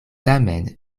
tamen